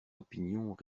opinions